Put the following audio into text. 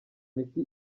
miti